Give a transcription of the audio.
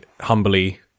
humbly